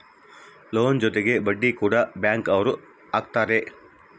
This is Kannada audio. ಲೋನ್ ಜೊತೆಗೆ ಬಡ್ಡಿ ಕೂಡ ಬ್ಯಾಂಕ್ ಅವ್ರು ಹಾಕ್ತಾರೆ